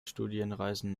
studienreisen